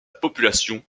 population